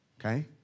okay